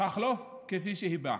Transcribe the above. תחלוף כפי שהיא באה.